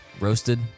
roasted